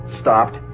stopped